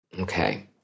Okay